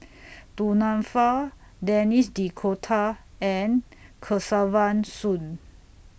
Du Nanfa Denis D'Cotta and Kesavan Soon